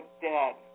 dead